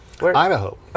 Idaho